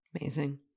Amazing